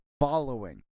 following